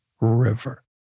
river